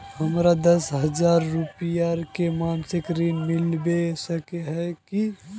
हमरा दस हजार रुपया के मासिक ऋण मिलबे सके है की?